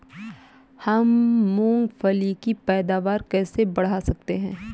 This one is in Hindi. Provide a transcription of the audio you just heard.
हम मूंगफली की पैदावार कैसे बढ़ा सकते हैं?